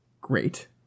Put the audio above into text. great